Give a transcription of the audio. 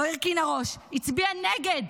לא הרכינה ראש, הצביעה נגד,